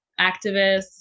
activists